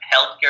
healthcare